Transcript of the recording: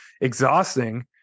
exhausting